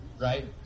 right